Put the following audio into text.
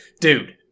Dude